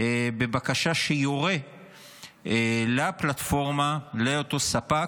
בבקשה שיורה לפלטפורמה, לאותו ספק,